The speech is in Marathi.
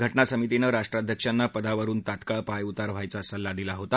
घटनासमितीने राष्ट्राध्यक्षांना पदावरुन तात्काळ पायऊतार व्हायचा सल्ला दिला होता